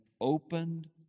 opened